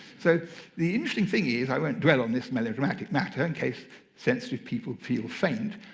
so the interesting thing is i won't dwell on this melodramatic matter in case sensitive people feel faint.